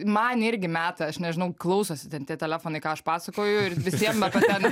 man irgi meta aš nežinau klausosi ten tie telefonai ką aš pasakoju visiem arba ten